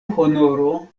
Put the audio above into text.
honoro